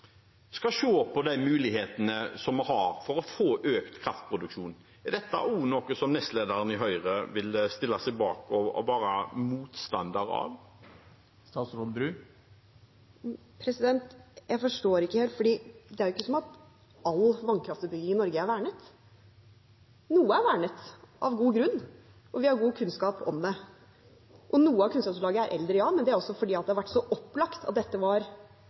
skal se på de mulighetene vi har for å få økt kraftproduksjon, er dette noe som nestlederen i Høyre vil stille seg bak å være motstander av? Jeg forstår ikke helt. Det er ikke slik at all vannkraftutbygging i Norge er vernet. Noe er vernet, av god grunn, og vi har god kunnskap om det. Noe av kunnskapsgrunnlaget er eldre, ja, men det er også fordi det har vært så opplagt at dette var